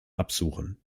absuchen